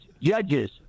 judges